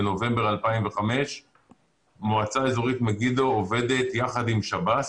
בנובמבר 2005. מועצה אזורית מגידו עובדת יחד עם שב"ס